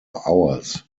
hours